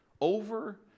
over